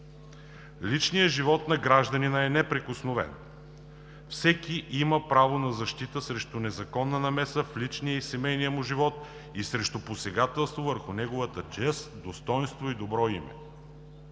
„Личният живот на гражданите е неприкосновен. Всеки има право на защита срещу незаконна намеса в личния и семейния му живот и срещу посегателство върху неговата чест, достойнство и добро име.